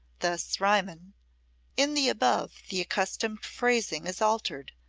thus riemann in the above the accustomed phrasing is altered,